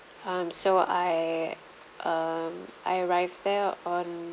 um so I um I arrived there on